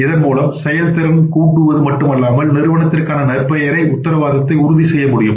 இதன் மூலம் செயல்திறன் கூடுவது மட்டுமல்லாமல் நிறுவனத்திற்கான நற்பெயரை உத்தரவாதத்தை உறுதி செய்ய முடியும்